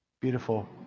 Beautiful